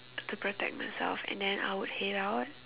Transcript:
to protect myself and then I will head out